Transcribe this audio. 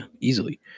easily